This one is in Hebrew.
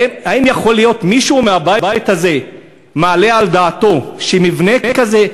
האם מישהו מהבית הזה מעלה על דעתו שמבנה כזה,